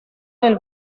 del